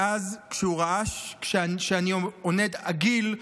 ואז כשהוא ראה שאני עונד עגיל,